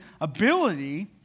ability